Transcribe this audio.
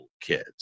kids